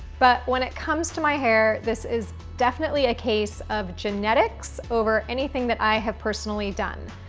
but when it comes to my hair, this is definitely a case of genetics over anything that i have personally done.